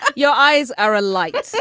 but your eyes are a light. so